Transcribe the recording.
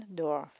door